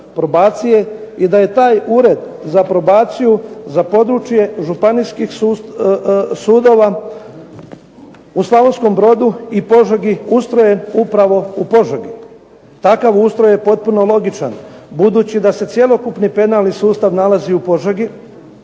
probacije i da je taj Ured za probaciju za područje županijskih sudova u Slavonskom Brodu i Požegi ustrojen upravo u Požegi. Takav ustroj je logičan budući da se cjelokupni penalni sustav nalazi u Požegi